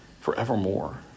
forevermore